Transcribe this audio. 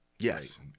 yes